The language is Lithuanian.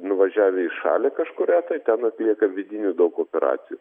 nuvažiavę į šalį kažkurią tai ten atlieka vidinių daug operacijų